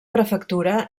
prefectura